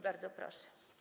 Bardzo proszę.